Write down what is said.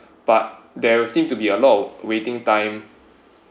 but there were seem to be a lot of waiting time